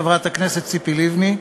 חברת הכנסת ציפי לבני,